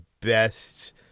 best